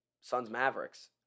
Suns-Mavericks